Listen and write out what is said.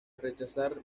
rechazar